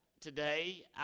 today